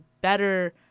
better